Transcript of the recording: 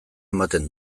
ematen